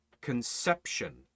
conception